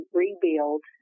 rebuild